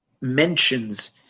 mentions